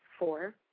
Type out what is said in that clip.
Four